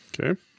okay